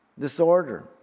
disorder